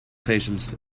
patients